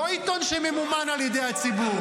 לא עיתון שממומן על ידי הציבור.